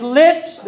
lips